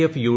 F U